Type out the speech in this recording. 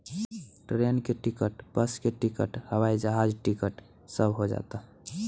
train के ticket, bus के ticket, हवाई जहाज टिकट सब हो जाता